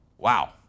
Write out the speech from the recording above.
Wow